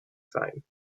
sein